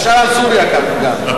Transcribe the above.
תשאל על סוריה גם.